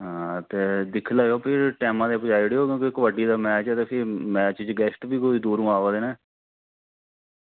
ते ठीक ऐ भी दिक्खी लैयो टाईमां दे भेजाई ओड़ेओ कबड्डी दा मैच ऐ ते फिर गेस्ट बी बड़ी दूरा आवा दे न